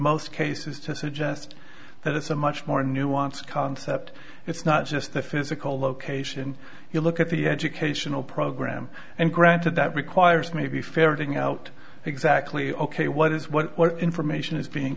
most cases to suggest that it's a much more nuanced concept it's not just a physical location you look at the educational program and granted that requires maybe ferreting out exactly ok what is what what information is being